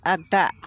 आगदा